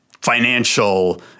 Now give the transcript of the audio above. financial